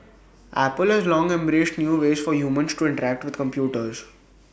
apple has long embraced new ways for humans to interact with computers